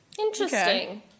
Interesting